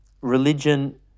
Religion